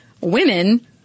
women